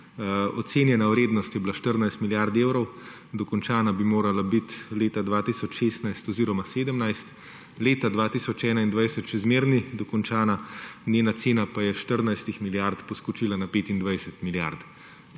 ocenjena vrednost je bila 14 milijard evrov, dokončana bi morala biti leta 2016 oziroma 2017. Leta 2021 še zmeraj ni dokončana, njena cena pa je s 14 milijard poskočila na 25 milijard.